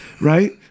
right